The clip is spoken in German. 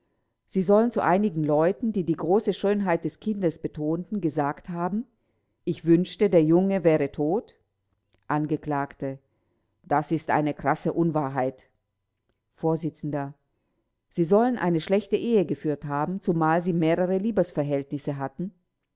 sie sollen zu einigen leuten die die große schönheit des kindes betonten gesagt haben ich wünschte der junge wäre tot angekl das ist eine krasse unwahrheit vors sie sollen eine schlechte ehe geführt haben zumal sie mehrere liebesverhältnisse hatten